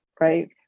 right